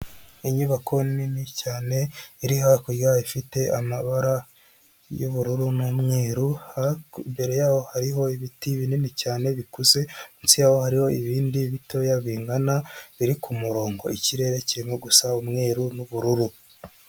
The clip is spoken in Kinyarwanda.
Inyubako nini cyane iri hakurya, ifite amabara y'ubururu n'umweru, imbere yaho hariho ibiti binini cyane bikuze, munsi yaho hariho ibindi bitoya, bingana, biri ku murongo, ikirere kirimo gusa umweru n'ubururu.